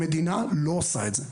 המדינה לא עושה את זה.